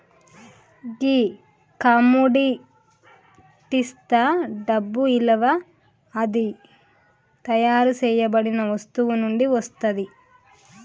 గీ కమొడిటిస్తా డబ్బు ఇలువ అది తయారు సేయబడిన వస్తువు నుండి వస్తుంది